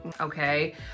okay